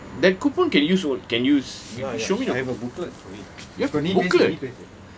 that coupon can you sho~ can use show me booklet